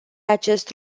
acest